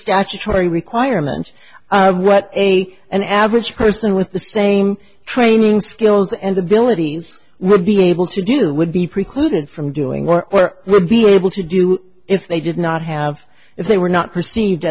statutory requirements of what a an average person with the same training skills and abilities would be able to do would be precluded from doing or will be able to do if they did not have if they were not perceived